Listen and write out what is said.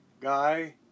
guy